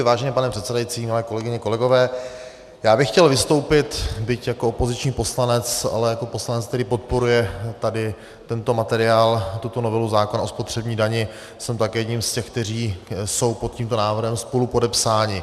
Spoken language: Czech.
Vážený pane předsedající, milé kolegyně, kolegové, já bych chtěl vystoupit, byť jako opoziční poslanec, ale jako poslanec, který podporuje tento materiál, tuto novelu zákona o spotřební dani, jsem také jedním z těch, kteří jsou pod tímto návrhem spolupodepsáni.